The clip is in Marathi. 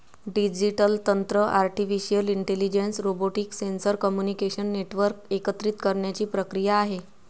डिजिटल तंत्र artificial intelligence, robotics, sensor, communication network एकत्रित करण्याची प्रक्रिया आहे